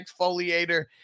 exfoliator